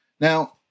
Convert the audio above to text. Now